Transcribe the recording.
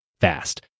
fast